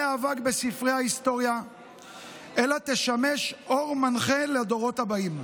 אבק בספרי ההיסטוריה אלא תשמש אור מנחה לדורות הבאים.